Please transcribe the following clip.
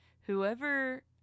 whoever